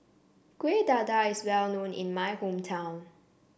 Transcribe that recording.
Kuih Dadar is well known in my hometown